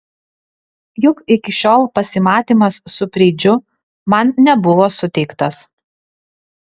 juk iki šiol pasimatymas su preidžiu man nebuvo suteiktas